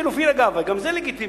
לחלופין, אגב, וגם זה לגיטימי,